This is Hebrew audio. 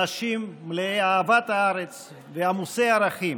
אנשים מלאי אהבת הארץ ועמוסי ערכים,